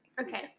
okay